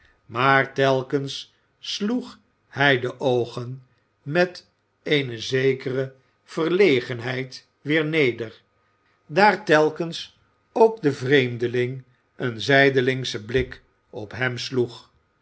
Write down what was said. maar telkens sloeg olivier twist olivier twist hij de oogen met eene zekere verlegenheid weer neder daar telkens ook de vreemdeling een zijdelingschen b ik op hem sloeg